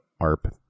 Arp